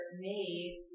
made